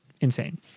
insane